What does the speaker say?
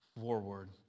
forward